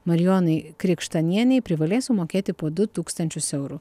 marijonai krikštanienei privalės sumokėti po du tūkstančius eurų